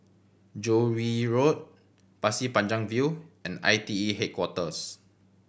Joo Yee Road Pasir Panjang View and I T E Headquarters